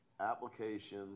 Application